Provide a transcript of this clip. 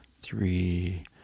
three